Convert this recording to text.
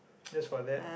this for that